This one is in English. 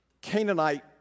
Canaanite